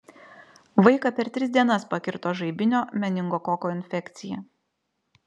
vaiką per tris dienas pakirto žaibinio meningokoko infekcija